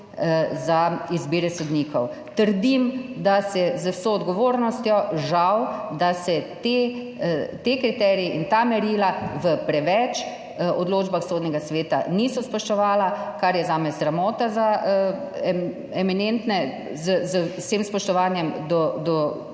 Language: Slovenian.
za izbire sodnikov. Trdim z vso odgovornostjo, žal, da se ti kriteriji in ta merila v preveč odločbah Sodnega sveta niso spoštovali, kar je zame sramota za eminentne, z vsem spoštovanjem do